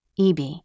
EB